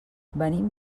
venim